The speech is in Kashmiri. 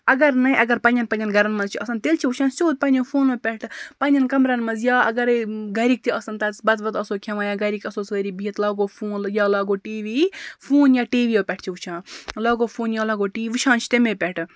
اَگر نَے اَگر پنٛنٮ۪ن پنٛنٮ۪ن گَرَن منٛز چھِ آسان تیٚلہِ چھِ وٕچھان سیٚود پَنٛنیو فونو پٮ۪ٹھ پَنٛنٮ۪ن کَمرَن منٛز یا اَگَرے گَرِکۍ تہِ آسَن تَتَس بَتہٕ وَتہٕ آسو کھٮ۪وان یا گَرِکۍ آسو سٲری بِہِتھ لاگو فون یا لاگو ٹی وی فون یا ٹی ویو پٮ۪ٹھ چھِ وٕچھان لاگو فون یا لاگو ٹی وی وٕچھان چھِ تمے پٮ۪ٹھٕ